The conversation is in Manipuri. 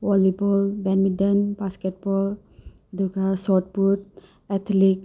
ꯋꯣꯂꯤꯕꯣꯜ ꯕꯦꯠꯃꯤꯟꯇꯟ ꯕꯥꯁꯀꯦꯠꯕꯣꯜ ꯑꯗꯨꯒ ꯁ꯭ꯣꯔꯠ ꯄꯨꯠ ꯑꯦꯊꯂꯤꯛ